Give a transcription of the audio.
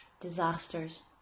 disasters